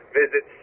visit